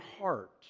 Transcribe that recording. heart